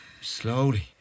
Slowly